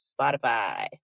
Spotify